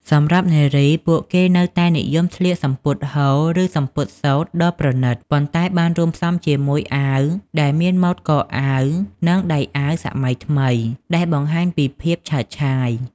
សម្រាប់នារី ពួកគេនៅតែនិយមស្លៀក សំពត់ហូល ឬសំពត់សូត្រ ដ៏ប្រណីត ប៉ុន្តែបានរួមផ្សំជាមួយអាវដែលមានម៉ូដកអាវ និងដៃអាវសម័យថ្មី ដែលបង្ហាញពីភាពឆើតឆាយ។